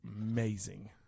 amazing